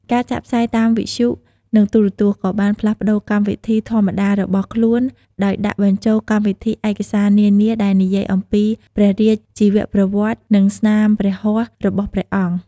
ការចាក់ផ្សាយតាមវិទ្យុ និងទូរទស្សន៍ក៏បានផ្លាស់ប្ដូរកម្មវិធីធម្មតារបស់ខ្លួន ដោយដាក់បញ្ចូលកម្មវិធីឯកសារនានាដែលនិយាយអំពីព្រះរាជជីវប្រវត្តិ និងស្នាព្រះហស្ថរបស់ព្រះអង្គ។